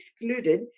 excluded